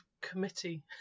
committee